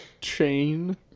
chain